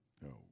No